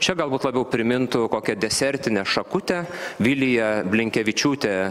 čia galbūt labiau primintų kokią desertinę šakutę vilija blinkevičiūtė